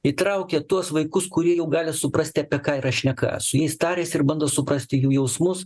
įtraukia tuos vaikus kurie jau gali suprasti apie ką yra šneka su jais tariasi ir bando suprasti jų jausmus